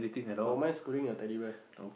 oh mine is pulling a Teddy Bear